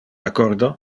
accordo